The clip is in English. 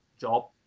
job